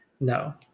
no